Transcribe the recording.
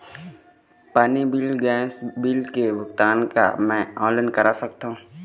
पानी bill gas bill के भुगतान का मैं ऑनलाइन करा सकथों?